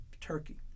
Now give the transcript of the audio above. Turkey